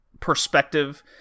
perspective